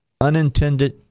Unintended